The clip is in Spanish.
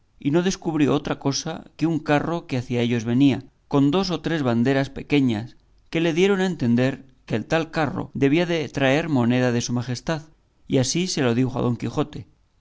y no descubrió otra cosa que un carro que hacia ellos venía con dos o tres banderas pequeñas que le dieron a entender que el tal carro debía de traer moneda de su majestad y así se lo dijo a don quijote